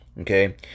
Okay